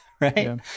right